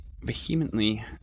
vehemently